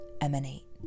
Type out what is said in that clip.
emanate